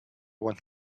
want